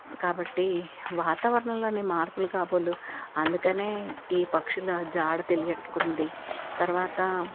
కాబట్టి వాతావరణంలోనే మార్పులు కాబోలు అందుకనే ఈ పక్షుల జాడ తెలియకుంది తర్వాత